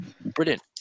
Brilliant